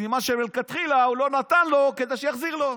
סימן שמלכתחילה הוא לא נתן לו כדי שיחזיר לו.